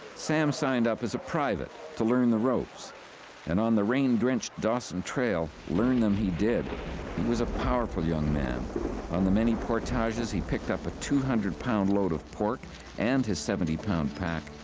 sam signed up as a private to learn the ropes and on the rain-drenched dawson trail, learn them he did. he was a powerful young man on the many portages, he picked up a two hundred pound load of pork and his seventy pound pack,